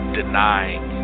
denying